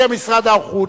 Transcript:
בשם משרד האוצר,